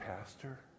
Pastor